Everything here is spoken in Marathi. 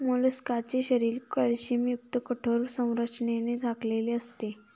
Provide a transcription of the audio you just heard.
मोलस्काचे शरीर कॅल्शियमयुक्त कठोर संरचनेने झाकलेले असते